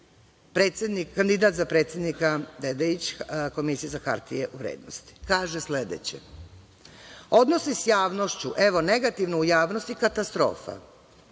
kandidat za predsednika Komisije za hartije od vrednosti Dedeić kaže sledeće – „odnosi s javnošću“, evo, negativno u javnosti, katastrofa,